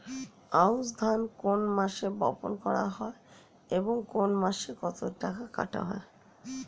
আউস ধান কোন মাসে বপন করা হয় ও কোন মাসে কাটা হয়?